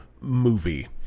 movie